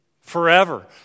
forever